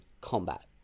combat